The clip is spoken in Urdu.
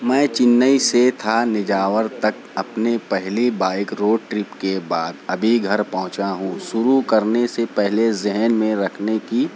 میں چنئی سے تھانجاور تک اپنی پہلی بائک روڈ ٹرپ کے بعد ابھی گھر پہنچا ہوں شروع کرنے سے پہلے ذہن میں رکھنے کی